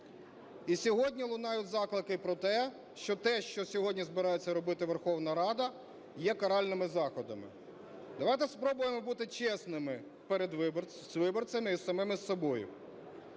і сьогодні лунають заклики про те, що те, що сьогодні збирається робити Верховна Рада, є каральними заходами. Давайте спробуємо бути чесними з виборцями і з самими собою.